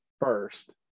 first